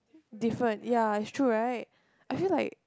different ya it's true right I feel like